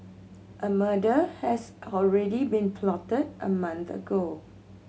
a murder has already been plotted a month ago